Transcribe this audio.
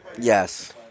Yes